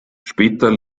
später